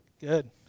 Good